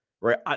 right